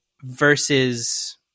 versus